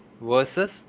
Versus